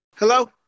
Hello